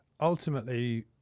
ultimately